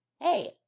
Hey